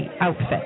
outfit